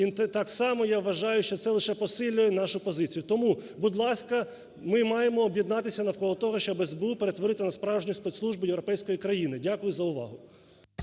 І так само я вважаю, що це лише посилює нашу позицію. Тому, будь ласка, ми маємо об'єднатися навколо того, щоби СБУ перетворити на справжню спецслужбу європейської країни. Дякую за увагу.